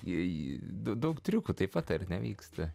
į daug triukų taip pat ar nevyksta